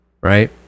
Right